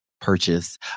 purchase